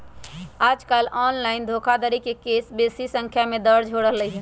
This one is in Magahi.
याजकाल ऑनलाइन धोखाधड़ी के केस बेशी संख्या में दर्ज हो रहल हइ